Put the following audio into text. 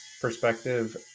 perspective